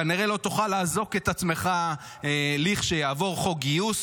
כנראה לא תוכל לאזוק את עצמך לכשיעבור חוק גיוס.